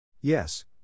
Yes